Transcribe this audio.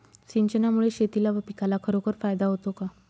सिंचनामुळे शेतीला व पिकाला खरोखर फायदा होतो का?